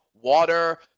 water